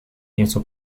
nieco